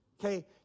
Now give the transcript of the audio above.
Okay